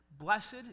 Blessed